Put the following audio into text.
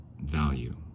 value